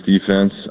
defense